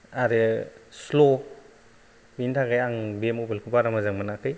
आरो स्ल' बिनि थाखाय आं बे मबाइल खौ बारा मोजां मोनाखै